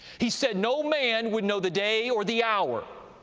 he said no man would know the day or the hour,